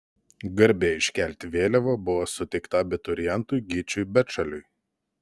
garbė iškelti vėliavą buvo suteikta abiturientui gyčiui bečaliui